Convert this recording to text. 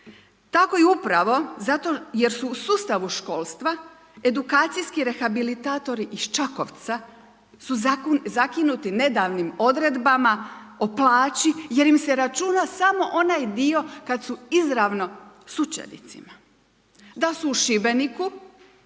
Tako je upravo zato jer su u sustavu školstva edukacijski rehabilitatori iz Čakovca su zakinuti nedavnim odredbama o plaći jer im se računa samo onaj dio kad su izravno s učenicima, da su u Šibeniku